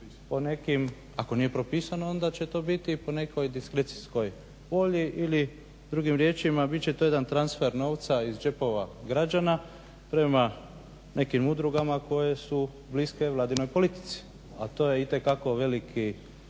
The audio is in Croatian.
to nije propisano onda će to biti po nekoj diskrecijskoj volji ili drugim riječima bit će to jedan transfer novca iz džepova građana prema nekim udrugama koje su bliske vladinoj politici, a to je itekako veliki